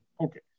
Okay